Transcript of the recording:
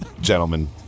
gentlemen